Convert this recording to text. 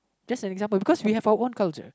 just an example because we have our own culture